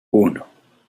uno